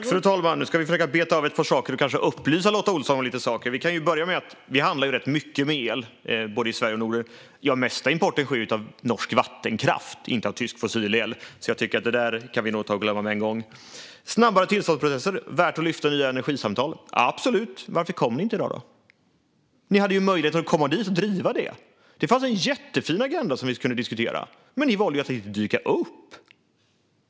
Fru talman! Nu ska vi försöka att beta av och kanske upplysa Lotta Olsson om ett par saker. Vi handlar ju rätt mycket med el i både Sverige och Norden, och den mesta importen som sker är norsk vattenkraft och inte tysk fossilel. Det tycker jag alltså att vi kan glömma med en gång. Det vore absolut värt att lyfta snabbare tillståndsprocesser i energisamtal, men varför kom ni inte i dag då? Ni hade ju möjlighet att komma dit och driva det. Det fanns en jättefin agenda att diskutera, men ni valde att inte dyka upp.